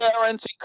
parents